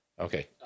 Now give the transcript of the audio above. Okay